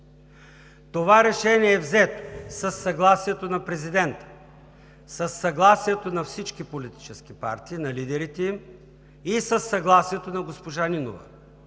Това решение е взето със съгласието на президента, със съгласието на всички политически партии – на лидерите им, и със съгласието на госпожа Нинова.